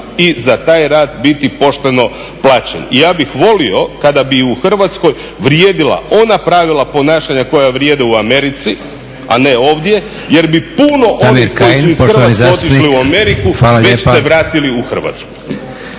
i za taj rad biti pošteno plaćen. I ja bih volio kada bi u Hrvatskoj vrijedila ona pravila ponašanja koja vrijede u Americi a ne ovdje, jer bi puno onih iz Hrvatske koji su otišli u Ameriku, već se vratili u Hrvatsku.